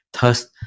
Thus